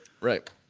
Right